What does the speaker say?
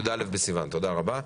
י"א בסיון, תודה רבה.